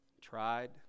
tried